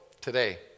today